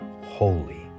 holy